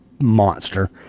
monster